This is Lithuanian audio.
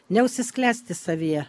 neužsisklęsti savyje